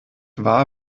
wahr